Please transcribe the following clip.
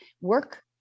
work